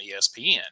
espn